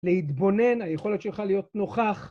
‫להתבונן, היכולת שלך להיות נוכח.